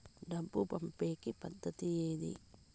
డబ్బు పంపేకి పద్దతి ఏది